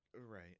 Right